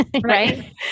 right